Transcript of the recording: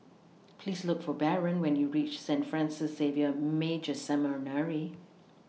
Please Look For Baron when YOU REACH Saint Francis Xavier Major Seminary